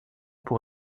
pour